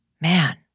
man